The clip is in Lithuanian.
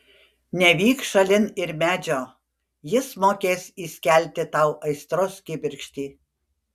nevyk šalin ir medžio jis mokės įskelti tau aistros kibirkštį